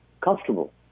comfortable